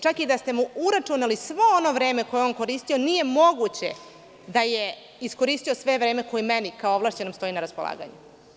Čak i da ste mu uračunali svo ono vreme koje je on koristio, nije moguće da je iskoristio sve vreme koje meni kao ovlašćenom stoji na raspolaganju.